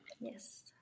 yes